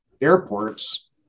airports